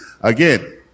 Again